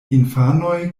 infanoj